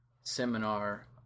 seminar